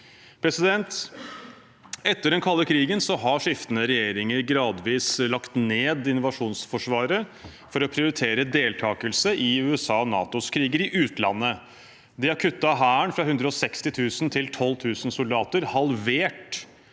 Etter den kalde krigen har skiftende regjeringer gradvis lagt ned invasjonsforsvaret for å prioritere deltakelse i USA og NATOs kriger i utlandet. De har kuttet Hæren fra 160 000 til 12 000 soldater, halvert